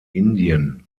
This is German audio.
indien